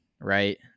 Right